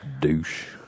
Douche